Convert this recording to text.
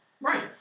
Right